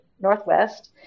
Northwest